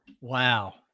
Wow